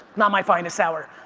not my finest hour.